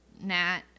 Nat